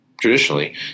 traditionally